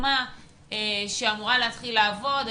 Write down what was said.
שהוקמה ואמורה להתחיל לעבוד.